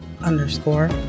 underscore